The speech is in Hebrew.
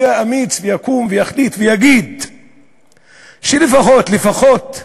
יהיה אמיץ ויקום ויחליט ויגיד שלפחות, לפחות,